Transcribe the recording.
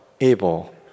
able